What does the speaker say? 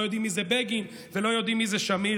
יודעים מי זה בגין ולא יודעים מי זה שמיר.